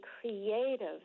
creative